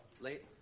late